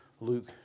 Luke